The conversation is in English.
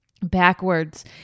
backwards